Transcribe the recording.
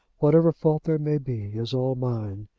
whatever fault there may be, is all mine.